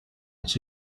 its